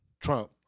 Trump